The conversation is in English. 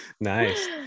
Nice